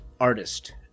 artist